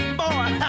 boy